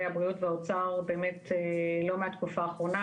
הבריאות והאוצר באמת לא מהתקופה האחרונה,